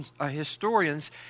historians